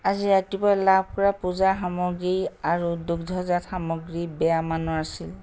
আজি ৰাতিপুৱা লাভ কৰা পূজাৰ সামগ্ৰী আৰু দুগ্ধজাত সামগ্ৰী বেয়া মানৰ আছিল